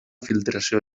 filtració